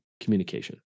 communication